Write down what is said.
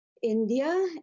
India